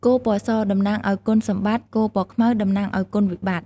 គោ ពណ៌ស តំណាងឱ្យគុណសម្បត្តិ គោពណ៌ខ្មៅ តំណាងឱ្យគុណវិបិត្ត។